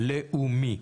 מאמץ לאומי.